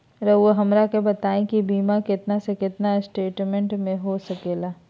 रहुआ हमरा के बताइए के बीमा कितना से कितना एस्टीमेट में हो सके ला?